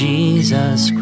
Jesus